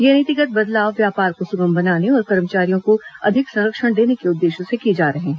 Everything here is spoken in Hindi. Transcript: यह नीतिगत बदलाव व्यापार को सुगम बनाने और कर्मचारियों को अधिक संरक्षण देने के उद्देश्य से किए जा रहे हैं